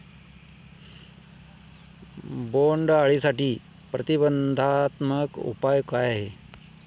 बोंडअळीसाठी प्रतिबंधात्मक उपाय काय आहेत?